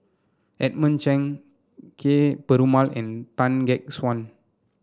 Edmund Cheng Kee Perumal and Tan Gek Suan